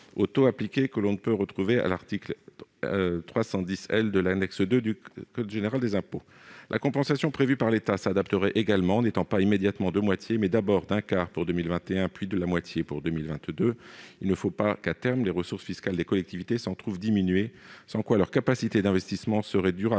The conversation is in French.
aux taux appliqués que l'on peut retrouver à l'article 310 L de l'annexe 2 du code général des impôts. La compensation prévue par l'État s'adapterait également, n'étant pas immédiatement de moitié, mais d'abord d'un quart pour 2021, puis de la moitié pour 2022. Il ne faut pas que, à terme, les ressources fiscales des collectivités s'en trouvent diminuées, sans quoi leur capacité d'investissement serait durablement